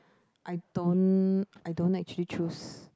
I don't I don't actually choose